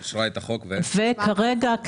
כרגע,